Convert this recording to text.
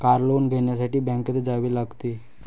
car loan घेण्यासाठी बँकेत जावे लागते